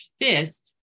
fist